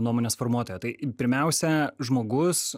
nuomonės formuotoja tai pirmiausia žmogus